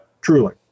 Truly